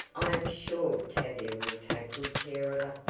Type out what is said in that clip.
i am sure tavia will take good care of her,